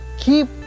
keep